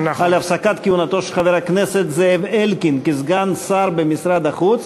על הפסקת כהונתו של חבר הכנסת זאב אלקין כסגן שר במשרד החוץ,